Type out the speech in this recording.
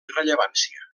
rellevància